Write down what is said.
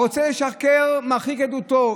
הרוצה לשקר מרחיק עדותו,